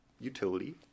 utility